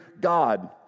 God